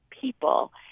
people